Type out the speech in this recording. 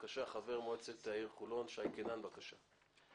חבר מועצת העיר חולון, שי קינן, בבקשה.